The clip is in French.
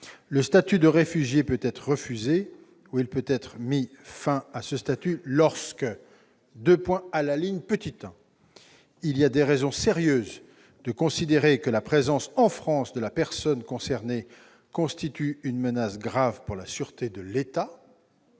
Le statut de réfugié peut être refusé ou il peut être mis fin à ce statut lorsque :« 1° Il y a des raisons sérieuses de considérer que la présence en France de la personne concernée constitue une menace grave pour la sûreté de l'État